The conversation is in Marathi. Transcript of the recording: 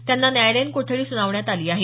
त्यांना न्यायालयीन कोठडी सुनावण्यात आली आहे